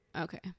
Okay